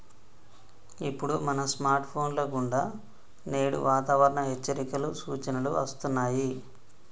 ఇప్పుడు మన స్కార్ట్ ఫోన్ల కుండా నేడు వాతావరణ హెచ్చరికలు, సూచనలు అస్తున్నాయి